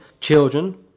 children